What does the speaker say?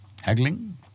haggling